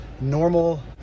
normal